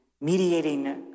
mediating